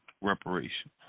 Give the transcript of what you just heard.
reparation